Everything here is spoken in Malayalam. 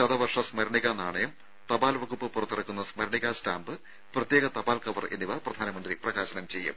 ശതവർഷ സ്മരണികാ നാണയം തപാൽ വകുപ്പ് പുറത്തിറക്കുന്ന സ്മരണികാ സ്റ്റാമ്പ് പ്രത്യേക തപാൽ കവർ എന്നിവ പ്രധാനമന്ത്രി പ്രകാശനം ചെയ്യും